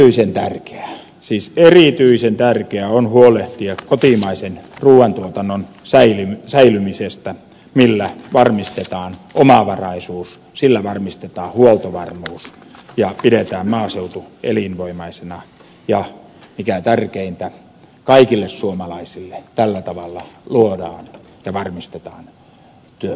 erityisen tärkeää siis erityisen tärkeää on huolehtia kotimaisen ruuantuotannon säilymisestä millä varmistetaan omavaraisuus varmistetaan huoltovarmuus ja pidetään maaseutu elinvoimaisena ja mikä tärkeintä kaikille suomalaisille tällä tavalla luodaan ja varmistetaan työpaikkoja